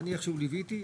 שאני איכשהו ליוויתי,